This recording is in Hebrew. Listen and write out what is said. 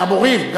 מהמורים,